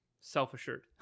self-assured